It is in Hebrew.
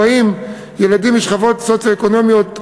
באים ילדים משכבות סוציו-אקונומיות מגוונות,